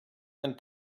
and